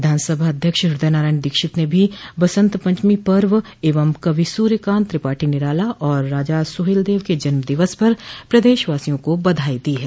विधानसभा अध्यक्ष हृदय नारायण दीक्षित ने भी बसंत पंचमी पर्व एवं कवि सूर्यकांत त्रिपाठी निराला और राजा सुहेलदेव के जन्म दिवस पर प्रदेशवासियों को बधाई दी है